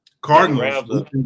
Cardinals